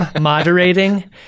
moderating